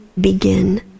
begin